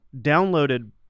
downloaded